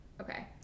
Okay